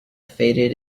faded